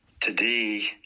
Today